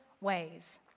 ways